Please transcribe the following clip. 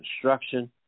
construction